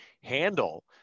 handle